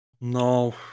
No